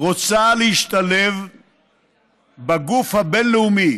רוצה להשתלב בגוף הבין-לאומי